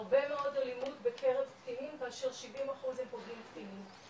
הרבה מאוד אלימות בקרב קטינים כאשר 70 אחוז הם פוגעים בקטינים.